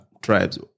tribes